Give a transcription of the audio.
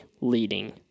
leading